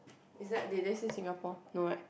is that did they say Singapore no right